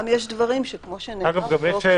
גם יש דברים שכמו שנאמר פה,